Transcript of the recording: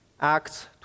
Acts